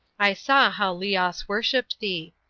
i saw how leos worshiped thee.